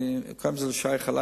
ועד כמה שזה שייך אלי,